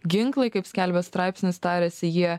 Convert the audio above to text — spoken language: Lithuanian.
ginklai kaip skelbia straipsnis tariasi jie